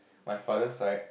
my father side